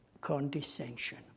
condescension